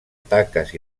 taques